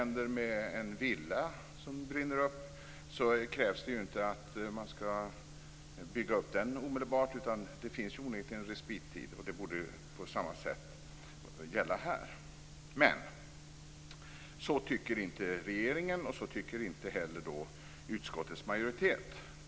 När en villa brinner upp krävs det inte att den omedelbart skall byggas upp, utan det finns en respit. Detsamma borde gälla här. Men så tycker inte regeringen och inte heller utskottets majoritet.